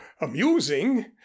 amusing